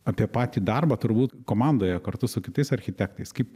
apie patį darbą turbūt komandoje kartu su kitais architektais kaip